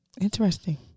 Interesting